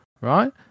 right